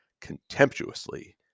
contemptuously